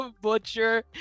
Butcher